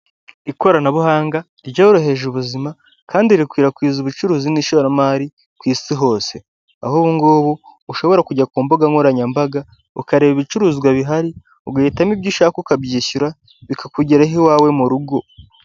Ikoranabuhanga ryoroheje ubuzima kandi rikwirakwiza ubucuruzi n'ishoramari ku isi hose, aho ubungubu ushobora kujya ku mbuga nkoranyambaga ukareba ibicuruzwa bihari ugahitamo ibyo ushaka ukabyishyura, bikakugeraho iwawe mu rugo.